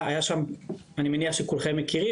אני מניח שכולכם מכירים,